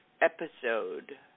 episode